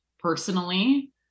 Personally